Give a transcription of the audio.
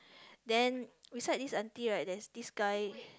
then beside this aunty right there is this guy